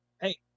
hey